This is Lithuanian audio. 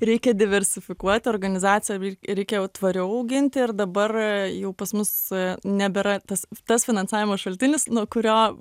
reikia diversifikuoti organizaciją reikia jau tvariau auginti ir dabar jau pas mus nebėra tas tas finansavimo šaltinis nu kurio